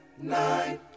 nine